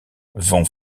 vont